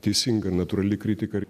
teisinga natūrali kritika